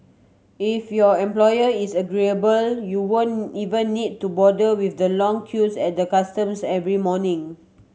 if your employer is agreeable you won't even need to bother with the long queues at the customs every morning